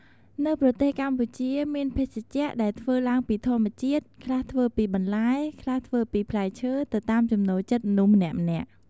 នៅប្រទេសកម្ពុជាមានភេសជ្ជៈ ដែលធ្វើឡើងពីធម្មជាតិ ខ្លះធ្វើពីបន្លែ ខ្លះធ្វើពីផ្លែឈើ ទៅតាមចំណូលចិត្តមនុស្សម្នាក់ៗ។